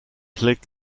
click